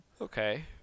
Okay